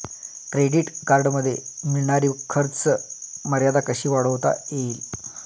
Credit कार्डमध्ये मिळणारी खर्च मर्यादा कशी वाढवता येईल?